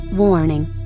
Warning